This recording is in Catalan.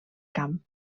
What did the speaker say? camp